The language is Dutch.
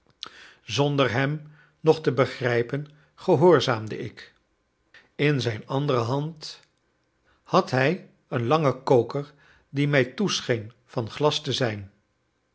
zonder hem nog te begrijpen gehoorzaamde ik in zijne andere hand had hij een langen koker die mij toescheen van glas te zijn